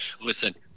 Listen